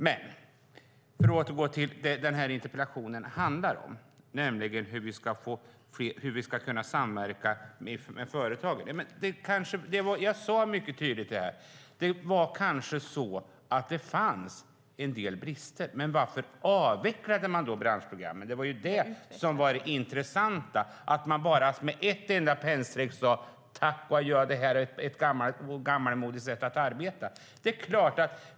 Jag ska återgå till vad denna interpellation handlar om, nämligen hur vi ska kunna samverka med företagen. Jag sade mycket tydligt att det kanske fanns en del brister. Men varför avvecklade man då branschprogrammen? Det intressanta var att man genom ett enda pennstreck sade: Tack och adjö, detta är ett gammalmodigt sätt att arbeta.